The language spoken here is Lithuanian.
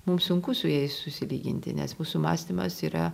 mums sunku su jais susilyginti nes mūsų mąstymas yra